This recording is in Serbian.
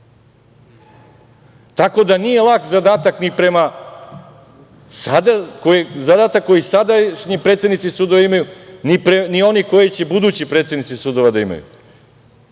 Tako da nije lak zadatak koji sada predsednici sudova imaju, ni one koji će budući predsednici sudova da imaju,